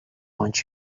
wants